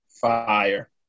Fire